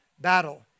battle